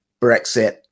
Brexit